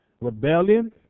Rebellion